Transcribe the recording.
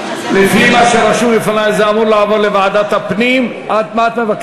הוראת שעה),